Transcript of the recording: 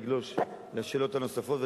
אגלוש לשאלות הנוספות,